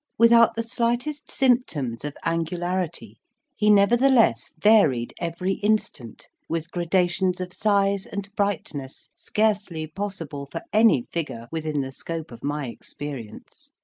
without the slightest symptoms of angularity he nevertheless varied every instant with gradations of size and brightness scarcely possible for any figure within the scope of my experience.